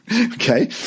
okay